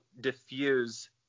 diffuse